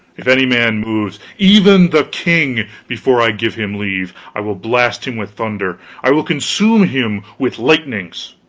if any man moves even the king before i give him leave, i will blast him with thunder, i will consume him with lightnings!